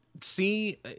See